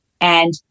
And-